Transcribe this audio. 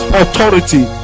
authority